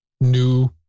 new